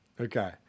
Okay